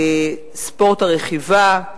ספורט הרכיבה,